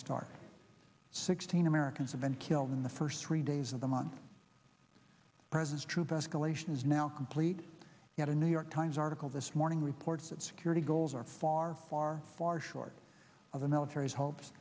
start sixteen americans have been killed in the first three days of them on presents troop escalation is now complete yet a new york times article this morning reports that security goals are far far far short of the military's hopes